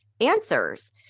answers